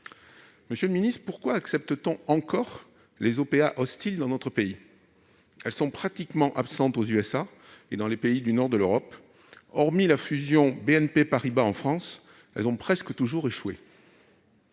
Monsieur le ministre, pourquoi accepte-t-on encore les OPA hostiles dans notre pays ? Elles ont pratiquement disparu aux États-Unis et dans les pays du nord de l'Europe. Hormis la fusion de la BNP et de Paribas en France, elles ont presque toujours échoué.